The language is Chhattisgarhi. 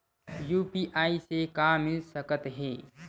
यू.पी.आई से का मिल सकत हे?